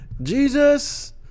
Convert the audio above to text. Jesus